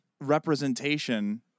representation